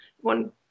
one